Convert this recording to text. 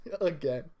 again